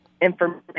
information